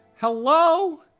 hello